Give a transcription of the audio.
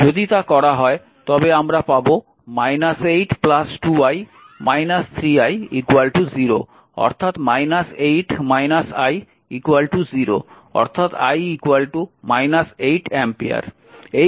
যদি তা করা হয় তবে আমরা পাব 8 2 i 3 i 0 অর্থাৎ 8 i 0 অর্থাৎ i 8 অ্যাম্পিয়ার